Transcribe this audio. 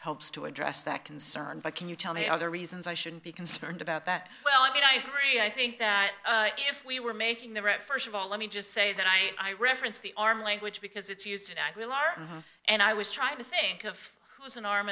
helps to address that concern but can you tell me other reasons i shouldn't be concerned about that well i mean i agree i think that if we were making the right first of all let me just say that i referenced the arm language because it's used and i was trying to think of it was an arm